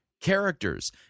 characters